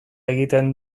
egiten